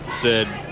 said